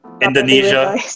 Indonesia